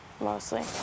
mostly